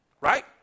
Right